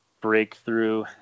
breakthrough